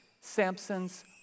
Samson's